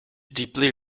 deeply